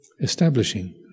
establishing